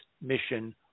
mission